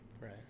Right